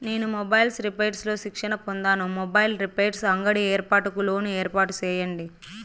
నేను mobiles repairs లో శిక్షణ పొందాను, మొబైల్ రిపైర్స్ అంగడి ఏర్పాటుకు లోను ఏర్పాటు సేయండి?